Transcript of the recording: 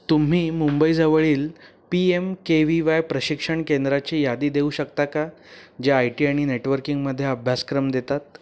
तुम्ही मुंबईजवळील P M K V Y प्रशिक्षण केंद्राची यादी देऊ शकता का ज्या आय टी आणि नेटवर्किंगमध्ये अभ्यासक्रम देतात